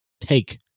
take